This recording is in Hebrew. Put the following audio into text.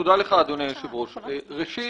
ראשית,